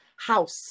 house